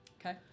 Okay